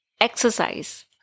exercise